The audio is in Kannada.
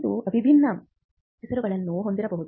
ಇದು ವಿಭಿನ್ನ ಹೆಸರುಗಳನ್ನು ಹೊಂದಬಹುದು